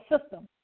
system